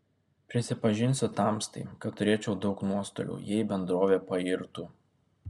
prisipažinsiu tamstai kad turėčiau daug nuostolių jei bendrovė pairtų